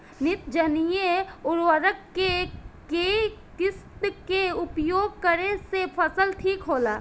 नेत्रजनीय उर्वरक के केय किस्त मे उपयोग करे से फसल ठीक होला?